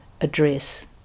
address